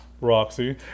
Roxy